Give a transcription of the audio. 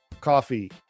coffee